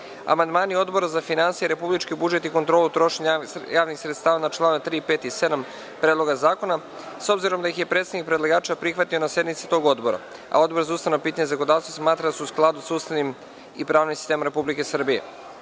amandmani Odbora za finansije, republički budžet i kontrolu trošenja javnih sredstava na čl. 3, 5. i 7. Predloga zakona, s obzirom da ih je predstavnik predlagača prihvatio na sednici tog Odbora, a Odbor za ustavna pitanja i zakonodavstvo smatrad a su u skladu sa Ustavnom i pravnim sistemom Republike Srbije;